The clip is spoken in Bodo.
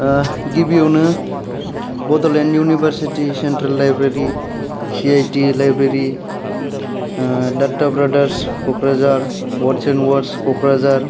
गिबियावनो Bodoland university central library C I T library Datta brothers Kokrajhar wards in wards Kokrajhar